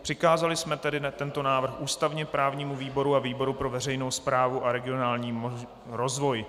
Přikázali jsme tedy tento návrh ústavněprávnímu výboru a výboru pro veřejnou správu a regionální rozvoj.